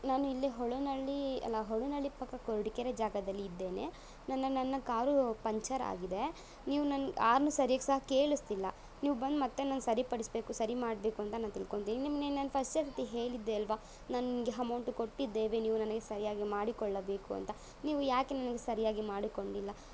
ನಾನಿಲ್ಲೇ ಹೊಳೆನಳ್ಳಿ ಅಲ್ಲ ಹೊಳೆನಳ್ಳಿ ಪಕ್ಕ ಕೊರಟಗೆರೆ ಜಾಗದಲ್ಲಿ ಇದ್ದೇನೆ ನನ್ನ ನನ್ನ ಕಾರು ಪಂಚರ್ ಆಗಿದೆ ನೀವು ನನ್ಗೆ ಆರ್ನ್ ಸರ್ಯಾಗಿ ಸಹ ಕೇಳಿಸ್ತಿಲ್ಲ ನೀವು ಬಂದು ಮತ್ತೆ ನಂಗೆ ಸರಿಪಡಿಸಬೇಕು ಸರಿ ಮಾಡಬೇಕು ಅಂತ ನಾನು ತಿಳ್ಕೊತೀನಿ ನಿಮಗೆ ನಾನು ಫಸ್ಟ್ ಸರ್ತಿ ಹೇಳಿದ್ದೆ ಅಲ್ಲವಾ ನನಗೆ ಹಮೌಂಟು ಕೊಟ್ಟಿದ್ದೇವೆ ನೀವು ನನಗೆ ಸರಿಯಾಗಿ ಮಾಡಿಕೊಳ್ಳಬೇಕು ಅಂತ ನೀವು ಯಾಕೆ ನನಗೆ ಸರಿಯಾಗಿ ಮಾಡಿಕೊಂಡಿಲ್ಲ